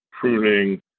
pruning